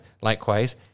likewise